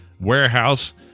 warehouse